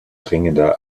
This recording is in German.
dringender